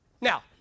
Now